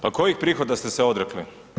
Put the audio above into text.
Pa kojih prihoda ste se odrekli?